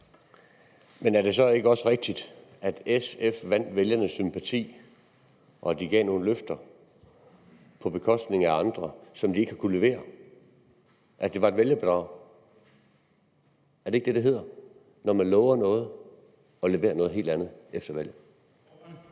Men er det så ikke også rigtigt, at SF vandt vælgernes sympati på, at de gav nogle løfter på bekostning af andre, som de ikke har kunnet levere – at det var et vælgerbedrag? Er det ikke det, det hedder, når man lover noget og leverer noget helt andet efter valget?